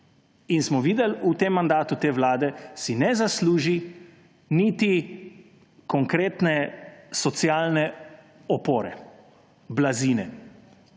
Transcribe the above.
In smo videli, v tem mandatu te vlade si ne zasluži niti konkretne socialne opore, blazine,